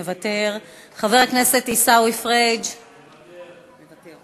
מוותר, חבר הכנסת עיסאווי פריג' מוותר.